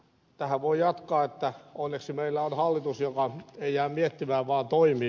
tähän voi jatkaa että onneksi meillä on hallitus joka ei jää miettimään vaan toimii